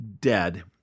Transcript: dead